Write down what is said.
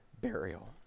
burial